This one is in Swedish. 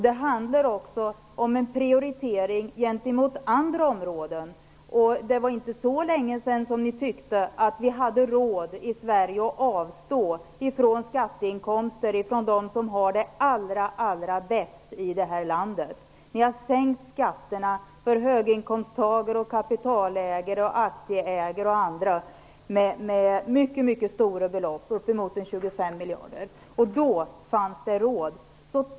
Det handlar också om en prioritering gentemot andra områden. Det var inte så länge sedan som ni ansåg att vi i Sverige hade råd att avstå från skatteinkomster ifrån dem som har det allra bäst i det här landet. Ni har sänkt skatterna för höginkomsttagare, kapitalägare, aktieägare och andra med mycket stora belopp, uppemot 25 miljarder. Då fanns det råd.